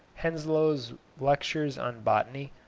henslow's lectures on botany,